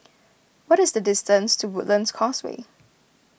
what is the distance to Woodlands Causeway